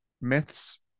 myths